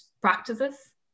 practices